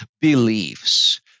beliefs